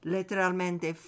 Letteralmente